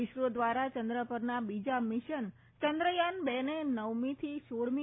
ઇસરો દ્વારા ચંદ્ર પરના બીજા મિશન ચંદ્રયાન બે ને નવમીથી સોળમી